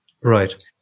Right